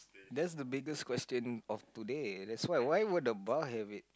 that's the biggest question of today that's why why would the bar have it